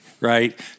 right